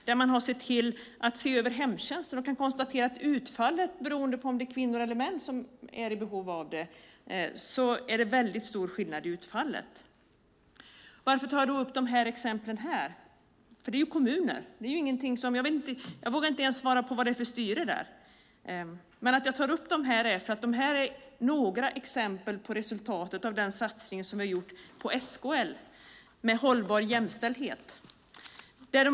Där har man sett över hemtjänsten. Man kan konstatera att det är väldigt stor skillnad i utfallet beroende på om det är kvinnor eller män som är i behov av hemtjänst. Varför tar jag upp de här exemplen här? Det är ju kommuner. Jag vågar inte ens svara på vad det är för styre där. Att jag tar upp dem beror på att de är några exempel på resultatet av den satsning som vi har gjort på Sveriges Kommuner och Landsting när det gäller hållbar jämställdhet.